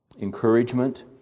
encouragement